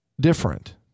different